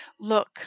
Look